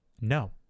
No